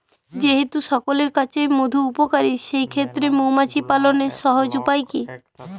যেহেতু সকলের কাছেই মধু উপকারী সেই ক্ষেত্রে মৌমাছি পালনের সহজ উপায় কি?